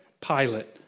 Pilate